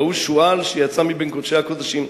ראו שועל שיצא מבין קודשי הקדשים.